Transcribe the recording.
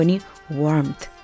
Warmth